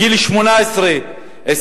גיל 18 21,